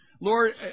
Lord